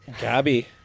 Gabby